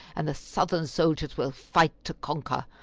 and the southern soldiers will fight to conquer.